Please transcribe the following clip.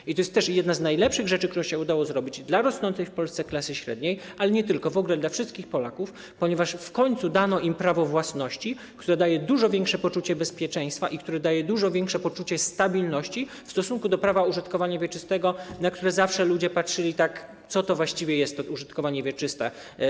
I to jest też jedna z najlepszych rzeczy, którą się udało zrobić dla rosnącej w Polsce klasy średniej, ale nie tylko, w ogóle dla wszystkich Polaków, ponieważ w końcu dano im prawo własności, które daje dużo większe poczucie bezpieczeństwa i które daje dużo większe poczucie stabilności w stosunku do prawa użytkowania wieczystego, na które zawsze ludzie patrzyli tak: Co to właściwie jest to użytkowanie wieczyste?